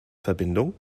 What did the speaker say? verbindung